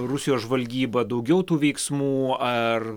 rusijos žvalgyba daugiau tų veiksmų ar